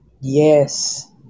Yes